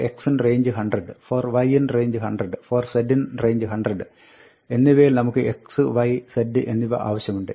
for x in range 100 for y in range 100 for z in range 100 എന്നിവയിൽ നമുക്ക് x y z എന്നിവ ആവശ്യമുണ്ട്